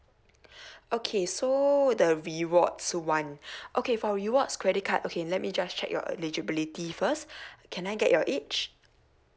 okay so the rewards [one] okay for rewards credit card okay let me just check your eligibility first can I get your age